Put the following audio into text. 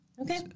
Okay